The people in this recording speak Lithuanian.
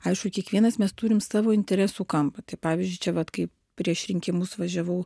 aišku kiekvienas mes turim savo interesų kampą tai pavyzdžiui čia vat kai prieš rinkimus važiavau